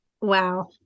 Wow